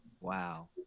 Wow